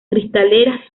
cristaleras